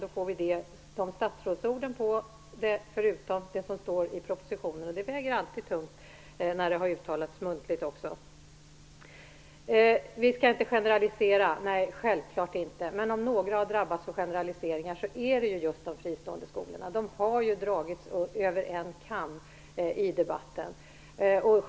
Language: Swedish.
Då får vi statsrådsord på det, förutom att det står i propositionen, och det väger alltid tungt när det har uttalats muntligt också. Vi skall inte generalisera, säger statsrådet. Nej, självklart inte. Men om några har drabbats av generaliseringar är det just de fristående skolorna. De har skurits över en kam i debatten.